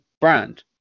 brand